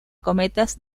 cometas